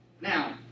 Now